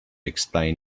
explain